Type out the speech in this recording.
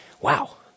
Wow